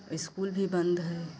school भी बंद है